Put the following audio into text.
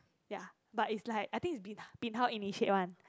ya but is like I think Bin~ bin hao initiate one